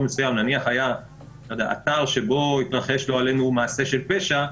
מסוים נניח היה אתר שבו התרחש לא עלינו מעשה של פשע,